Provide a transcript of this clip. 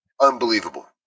unbelievable